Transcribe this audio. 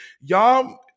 y'all